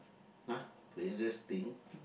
!huh! craziest thing